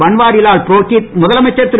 பன்வாரிலால் புரோகித் முதலமைச்சர் திரு